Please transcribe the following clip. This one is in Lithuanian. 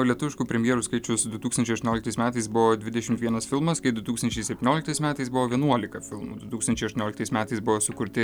lietuviškų premjerų skaičius du tūkstančiai aštuonioliktais metais buvo dvidešim vienas filmas kai du tūkstančiai septynioliktais metais buvo vienuolika filmų du tūkstančiai aštuonioliktais metais buvo sukurti